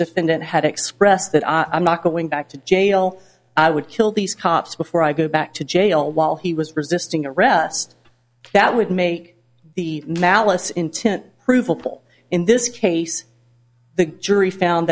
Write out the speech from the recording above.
defendant had expressed that i'm not going back to jail i would kill these cops before i go back to jail while he was resisting arrest that would make the malice intent provable in this case the jury found